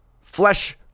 flesh